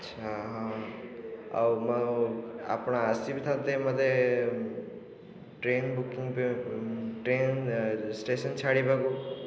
ଆଚ୍ଛା ହଁ ଆଉ ମୁଁ ଆପଣ ଆସିବି ଥାନ୍ତେ ମୋତେ ଟ୍ରେନ୍ ବୁକିଂ ଟ୍ରେନ୍ ଷ୍ଟେସନ୍ ଛାଡ଼ିବାକୁ